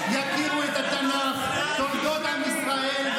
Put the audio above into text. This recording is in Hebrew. אתם קורעים את עם ישראל,